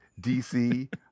DC